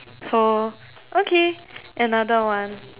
so okay another one